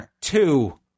two